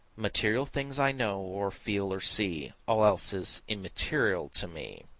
material things i know, or feel, or see all else is immaterial to me.